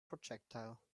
projectile